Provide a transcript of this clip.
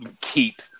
keep